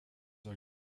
are